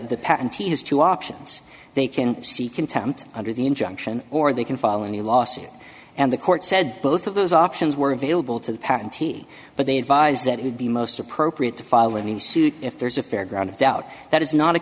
patentee has two options they can see contempt under the injunction or they can follow any lawsuit and the court said both of those options were available to the patentee but they advised that it would be most appropriate to file any suit if there's a fairground of doubt that is not a